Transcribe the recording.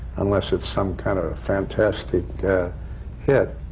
unless it's some kind of fantastic hit.